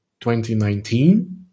2019